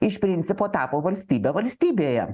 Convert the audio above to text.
iš principo tapo valstybe valstybėje